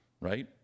right